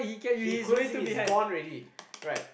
he couldn't see me is gone already right